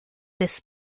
this